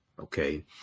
okay